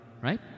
right